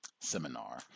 seminar